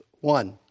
One